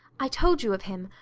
i told you of him,